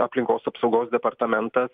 aplinkos apsaugos departamentas